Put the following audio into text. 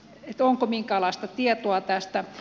onko minkäänlaista tietoa tästä